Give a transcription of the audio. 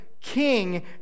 king